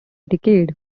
decade